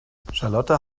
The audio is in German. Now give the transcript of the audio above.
charlotte